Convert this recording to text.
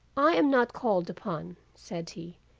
i am not called upon, said he,